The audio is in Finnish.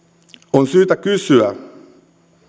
on syytä kysyä